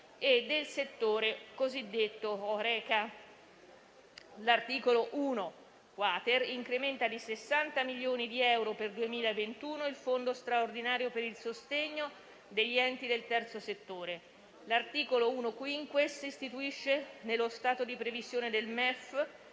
e del settore cosiddetto Horeca. L'articolo 1-*quater* incrementa di 60 milioni di euro per 2021 il Fondo straordinario per il sostegno degli enti del terzo settore. L'articolo 1-*quinquies* istituisce, nello stato di previsione del MEF,